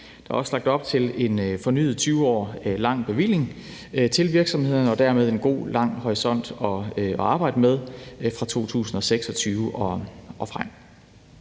Der er også lagt op til en fornyet 20 år lang bevilling til virksomhederne og dermed en god, lang horisont at arbejde med fra 2026 og frem.